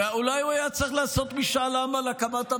אולי הוא היה צריך לעשות משאל עם על הקמת המדינה?